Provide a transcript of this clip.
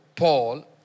Paul